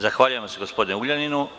Zahvaljujem se gospodinu Ugljaninu.